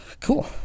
Cool